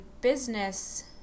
business